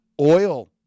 oil